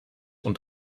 und